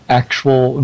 actual